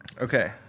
Okay